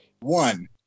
one